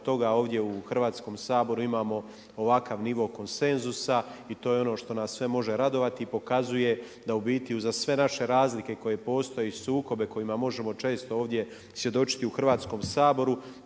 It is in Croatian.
ovdje u Hrvatskom saboru imamo ovakav nivo konsenzusa i to je ono što nas sve može radovati i pokazuje da u biti uz sve naše razlike koje postoje i sukobe kojima možemo često ovdje svjedočiti u Hrvatskom saboru